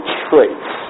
traits